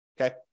okay